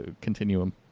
continuum